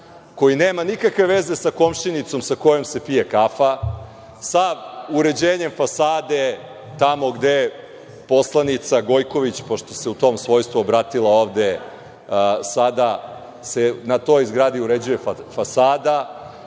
koji nema nikakve veze sa komšinicom sa kojom se pije kafa, sa uređenjem fasade tamo gde poslanica Gojković, pošto se u tom svojstvu obratila ovde sada, na toj zgradi se uređuje fasada.